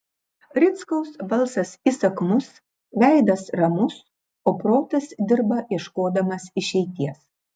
rickaus balsas įsakmus veidas ramus o protas dirba ieškodamas išeities